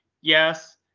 Yes